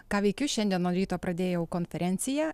ką veikiu šiandien nuo ryto pradėjau konferenciją